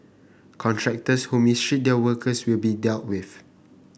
contractors who mistreat their workers will be dealt with